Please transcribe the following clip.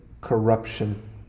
corruption